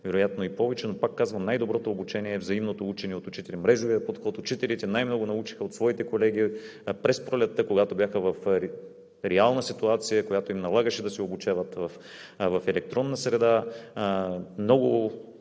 вероятно и повече, но пак казвам – най-доброто обучение е взаимното учене от учителите. Мрежовият подход – учителите най-много научиха от своите колеги през пролетта, когато бяха в реална ситуация, която им налагаше да се обучават в електронна среда. Много